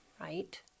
right